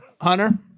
Hunter